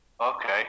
Okay